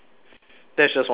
that's just one sentence